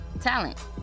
talent